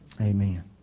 Amen